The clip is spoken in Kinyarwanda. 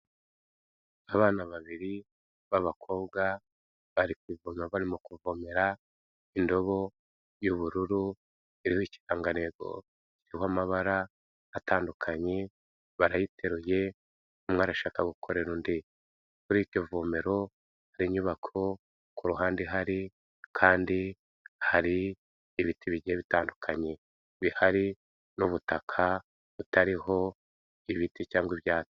Abana babiri b'abakobwa bari kuvoma barimo kuvomera indobo y'ubururu iriho ikirangantegoho cy'mabara atandukanye barayiteruye umwe arashaka gukorera undi. Kuri iryo vomero hari inyubako, kuruhande hari kandi hari ibiti bigiye bitandukanye bihari n'ubutaka butariho ibiti cyangwa ibyatsi.